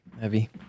Heavy